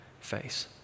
face